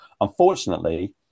Unfortunately